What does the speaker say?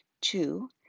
Two